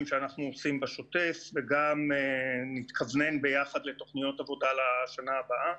שאנחנו עושים בשוטף וגם נתכוונן ביחד לתוכניות עבודה לשנה הבאה.